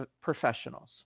professionals